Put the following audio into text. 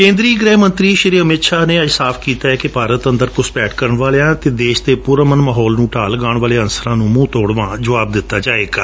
ਕੇਂਦਰੀ ਗ੍ਰਹਿ ਮੰਤਰੀ ਸ਼੍ਰੀ ਅਮਿਤ ਸ਼ਾਹ ਨੇ ਅੱਜ ਸਾਫ ਕੀਤੈ ਕਿ ਭਾਰਤ ਅੰਦਰ ਘੁਸਪੈਠ ਕਰਣ ਵਾਲਿਆਂ ਅਤੇ ਦੇਸ਼ ਦੇ ਪੁਰ ਅਮਨ ਮਾਹੌਲ ਨੂੰ ਢਾਅ ਲਗਾਉਣ ਵਾਲੇ ਅੰਸਰਾਂ ਨੂੰ ਮੂੰਹ ਤੋੜ ਜਵਾਬ ਦਿੱਤਾ ਜਾਵੇਗਾ